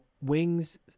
wings